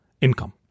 income